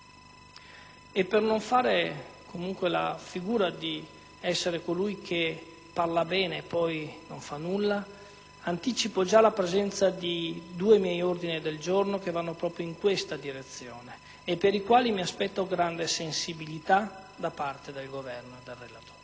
per non fare la figura di essere colui che parla bene ma poi non fa nulla, anticipo la presentazione di due miei ordini del giorno che vanno proprio in questa direzione e per i quali mi aspetto grande sensibilità da parte del Governo e del relatore.